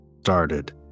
started